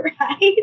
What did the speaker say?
Right